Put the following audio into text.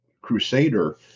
Crusader